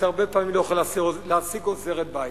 אתה הרבה פעמים לא יכול להעסיק עוזרת בית.